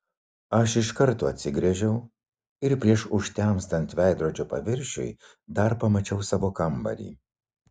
aš iš karto atsigręžiau ir prieš užtemstant veidrodžio paviršiui dar pamačiau savo kambarį